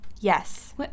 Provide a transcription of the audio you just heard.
Yes